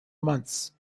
months